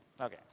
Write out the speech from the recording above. Okay